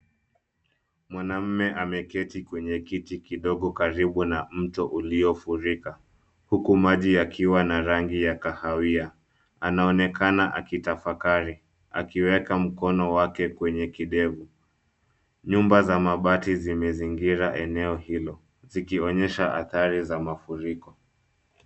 Mwanaume ameketi kwenye kiti kidogo karibu na mto uliofurika huku maji yakiwa na rangi ya kahawia. Anaonekana akitafakari akiweka mkono wake kwenye kidevu. Nyumba za mabati zimezingira eneo hilo zikionyesha athari za mafuriko.